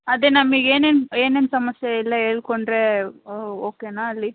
ಅದೇ ನಮಗ್ ಏನೇನು ಏನೇನು ಸಮಸ್ಯೆ ಎಲ್ಲ ಹೇಳ್ಕೊಂಡ್ರೆ ಓಕೆನಾ ಅಲ್ಲಿ